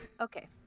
Okay